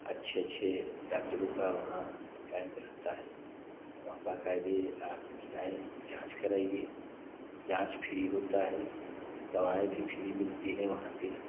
अच्छे अच्छे डाक्टरों का वहाँ कैंप रहता है वहाँ बाक़ायदा आप चाहे जाँच कराइए जाँच फ्री होती है दवाएँ भी फ्री मिलती है वहाँ पर